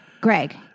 Greg